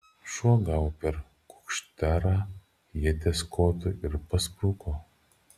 šuo gavo per kukšterą ieties kotu ir paspruko